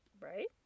right